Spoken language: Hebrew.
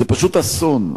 זה פשוט אסון.